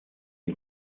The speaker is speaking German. die